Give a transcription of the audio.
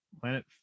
Planet